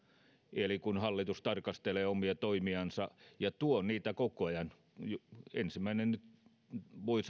eli kun hallitus tarkastelee omia toimiaan ja tuo niitä koko ajan voi